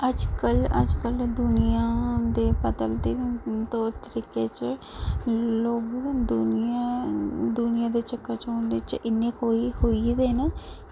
अज्जकल अज्जकल दुनियां दे बदलदे तौर तरीके च लोग दुनियां दुनियां बिच इन्ना कोई खोई गेदे न